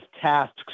tasks